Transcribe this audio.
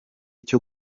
cyo